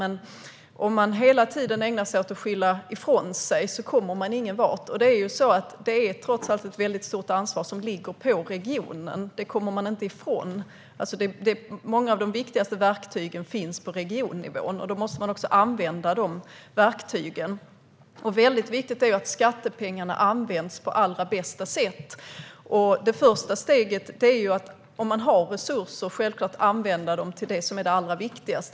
Men om man hela tiden skyller ifrån sig kommer man ingenvart. Det ligger trots allt ett stort ansvar på regionerna. Det kommer man inte ifrån. Många av de viktigaste verktygen finns på regionnivån. Då måste de verktygen också användas. Det är viktigt att skattepengarna används på allra bästa sätt. Det första steget är självklart att använda de resurser man har till det allra viktigaste.